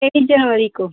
एक जनवरी को